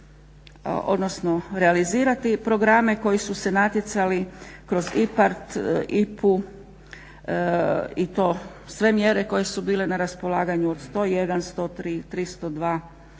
odnosno realizirati programe koji su se natjecali kroz IPARD, IPA-u i to sve mjere koje su bile na raspolaganju od 101, 103, 302